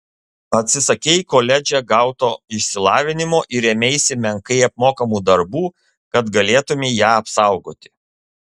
atsisakei koledže gauto išsilavinimo ir ėmeisi menkai apmokamų darbų kad galėtumei ją apsaugoti